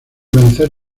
vencer